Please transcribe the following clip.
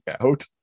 out